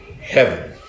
heaven